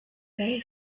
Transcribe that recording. very